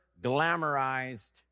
glamorized